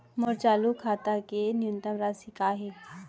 मोर चालू खाता के न्यूनतम राशि का हे?